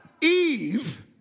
Eve